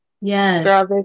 Yes